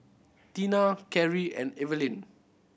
Tina Karie and Evaline